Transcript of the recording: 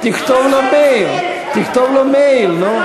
תכתוב לו מייל, תכתוב לו מייל, נו.